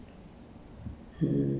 so you can